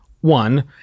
One